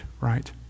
right